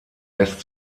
lässt